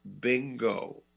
bingo